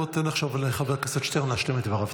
בוא, תן עכשיו לחבר הכנסת שטרן להשלים את דבריו.